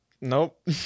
Nope